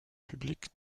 publique